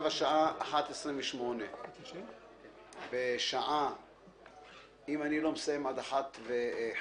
עכשיו השעה 13:28. אם אני לא מסיים עד 13:50,